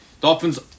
Dolphins